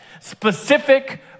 specific